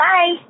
Bye